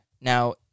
Now